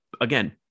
again